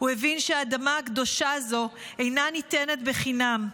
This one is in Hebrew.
הוא הבין שהאדמה הקדושה הזאת אינה ניתנת בחינם,